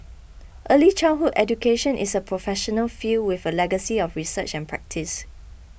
early childhood education is a professional field with a legacy of research and practice